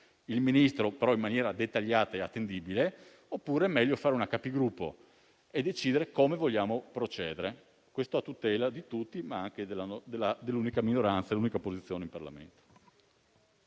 Ministro, ma in maniera dettagliata e attendibile, oppure è meglio convocare una Conferenza dei Capigruppo e decidere come vogliamo procedere. Questo a tutela di tutti, ma anche dell'unica minoranza e dell'unica opposizione in Parlamento.